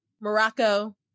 Morocco